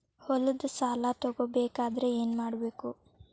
ಹೊಲದ ಸಾಲ ತಗೋಬೇಕಾದ್ರೆ ಏನ್ಮಾಡಬೇಕು?